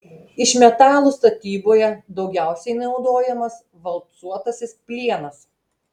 iš metalų statyboje daugiausiai naudojamas valcuotasis plienas